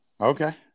Okay